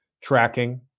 tracking